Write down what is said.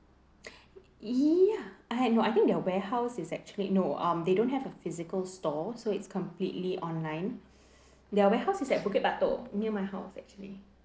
ya I don't know I think their warehouse is actually no um they don't have a physical store so it's completely online their warehouse is at bukit batok near my house actually